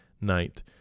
night